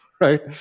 right